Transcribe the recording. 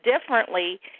differently